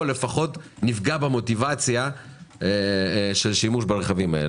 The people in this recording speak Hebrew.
לפחות נפגע במוטיבציה של שימוש ברכבים האלה.